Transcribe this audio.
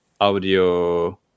audio